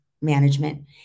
management